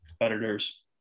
competitors